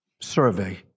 survey